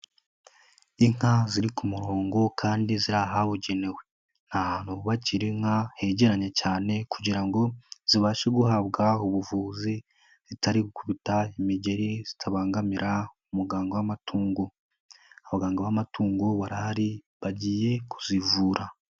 Inka ziri ku murongo kandi ziri ahabugenewe ni ahantu bubakira inka hegeranye cyane kugira ngo zibashe guhabwa ubuvuzi zitari gukubita imigeri zitabangamira umuganga w'amatungo, abaganga b'amatungo barahari bagiye kuzivura.